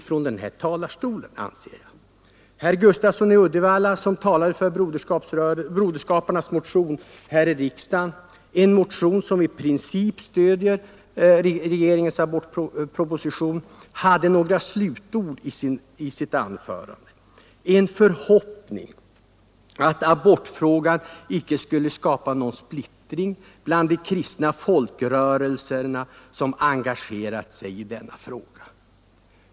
Herr Gustafsson i Uddevalla som talade för broderskaparnas motion, i vilken man i princip stödjer regeringens abortproposition, uttryckte i slutet av sitt anförande en förhoppning att abortfrågan icke skulle skapa någon splittring bland de kristna folkrörelser som engagerat sig i frågan.